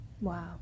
Wow